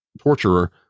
torturer